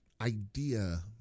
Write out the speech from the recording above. idea